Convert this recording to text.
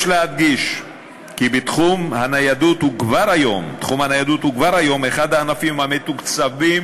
יש להדגיש כי תחום הניידות הוא כבר היום אחד הענפים המתוקצבים